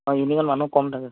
অঁ ইভিনিঙত মানুহ কম থাকে